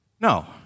No